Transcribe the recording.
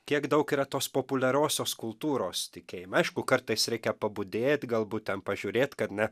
kiek daug yra tos populiariosios kultūros tikėjime aišku kartais reikia pabudėt galbūt ten pažiūrėt kad ne